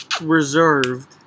reserved